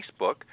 Facebook